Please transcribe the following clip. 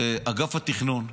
אגף התכנון.